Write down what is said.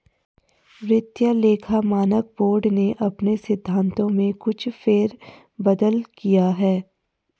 वित्तीय लेखा मानक बोर्ड ने अपने सिद्धांतों में कुछ फेर बदल किया है